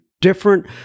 different